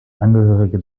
angehörige